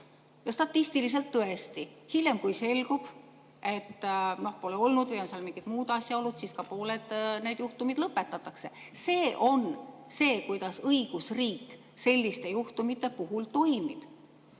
Statistiliselt tõesti, hiljem, kui selgub, et pole olnud või on seal mingid muud asjaolud, pooled need juhtumid lõpetatakse. See on see, kuidas õigusriik selliste juhtumite puhul toimib.